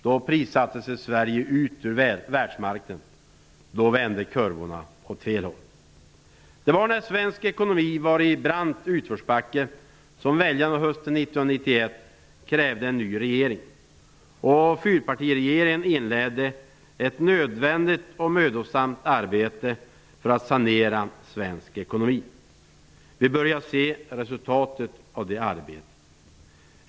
Då prissatte sig Sverige ur världsmarknaden. Då vände kurvorna åt fel håll. Det var när svensk ekonomi var i en brant utförsbacke som väljarna hösten 1991 krävde en ny regering. Fyrpartiregeringen inledde ett nödvändigt och mödosamt arbete för att sanera svensk ekonomi. Vi börjar se resultat av det arbetet.